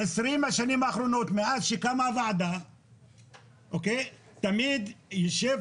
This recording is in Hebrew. ב-20 השנים האחרונות מאז שקמה הוועדה תמיד יו"רי